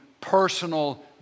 personal